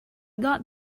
got